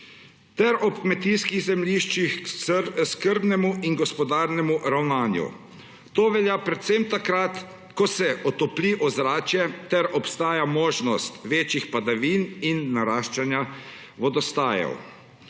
ter ob kmetijskih zemljiščih, k skrbnemu in gospodarnemu ravnanju. To velja predvsem takrat, ko se otopli ozračje ter obstaja možnost večjih padavin in naraščanja vodostajev.